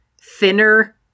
thinner